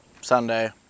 Sunday